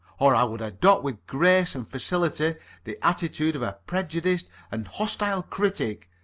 or i would adopt with grace and facility the attitude of a prejudiced and hostile critic,